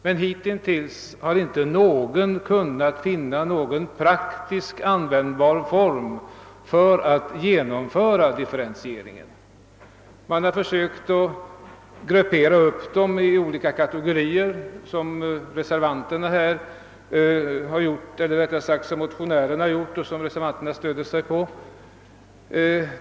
Men hitintills har man inte kunnat finna någon praktiskt användbar form för att genomföra en sådan differentiering. Man har försökt att gruppera uppdragen i olika kategorier, såsom motionärerna har gjort och vilket reservanterna stöder sig på.